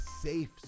safe